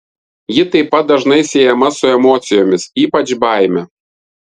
ji taip pat dažnai siejama su emocijomis ypač baime